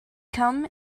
come